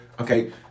okay